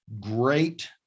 great